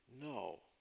no